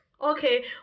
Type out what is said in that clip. Okay